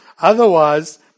Otherwise